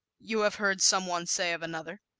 you have heard some one say of another.